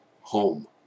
home